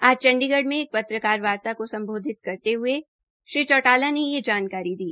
आज चंडीगढ़ में एक पत्रकार वार्ता को सम्बोधित करते हये श्री चौटाला ने यह जानकारी दी